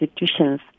institutions